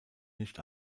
nicht